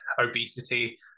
obesity